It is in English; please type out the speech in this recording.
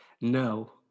No